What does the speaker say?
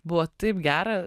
buvo taip gera